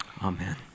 Amen